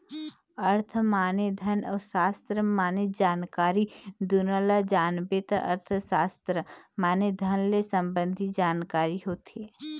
अर्थ माने धन अउ सास्त्र माने जानकारी दुनो ल जानबे त अर्थसास्त्र माने धन ले संबंधी जानकारी होथे